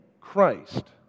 Christ